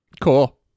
Cool